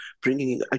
bringing